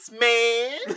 man